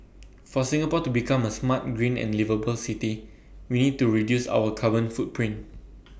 for Singapore to become A smart green and liveable city we need to reduce our carbon footprint